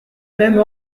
même